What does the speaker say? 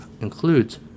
Includes